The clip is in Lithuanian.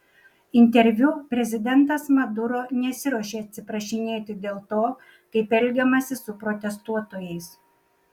interviu prezidentas maduro nesiruošė atsiprašinėti dėl to kaip elgiamasi su protestuotojais